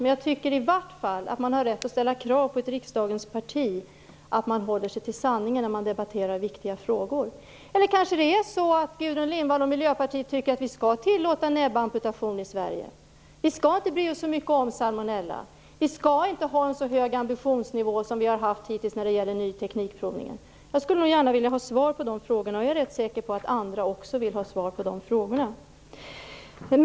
I varje fall tycker jag att man har rätt att kräva av ledamöterna i ett riksdagsparti att de i debatter om viktiga frågor håller sig till sanningen. Kanske tycker Gudrun Lindvall och Miljöpartiet att näbbamputation skall tillåtas i Sverige, att vi inte skall bry oss särskilt mycket om salmonellan och att vi inte skall ha samma höga ambitionsnivå som vi hittills haft när det gäller provning av ny teknik. Jag skulle gärna vilja ha svar på mina frågor, och jag är rätt säker på att också andra vill att frågorna besvaras.